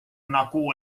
nagu